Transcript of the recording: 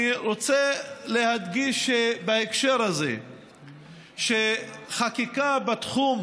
אני רוצה להדגיש בהקשר הזה שחקיקה בתחום